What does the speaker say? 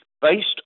based